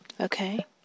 Okay